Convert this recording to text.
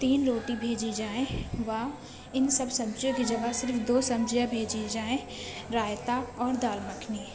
تین روٹی بھیجی جائیں و ان سب سبزیوں کی جگہ صرف دو سبزیاں بھیجی جائیں رائیتہ اور دال مکھنی